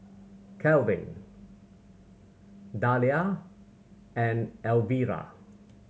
Kelvin Dahlia and Elvira